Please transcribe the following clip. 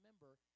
remember